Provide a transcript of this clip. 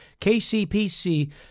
KCPC